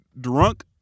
drunk